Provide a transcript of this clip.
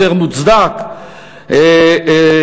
יותר מוצדק מלפגוע,